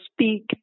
speak